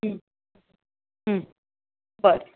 बरें